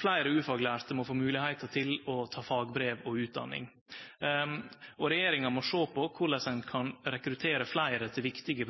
Fleire ufaglærte må få moglegheita til å ta fagbrev og utdanning, og regjeringa må sjå på korleis ein kan rekruttere fleire til viktige